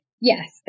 yes